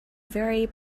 very